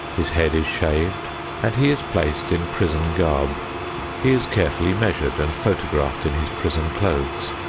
his head is shaved and he is placed in prison garb he is carefully measured and photographed in his prison clothes,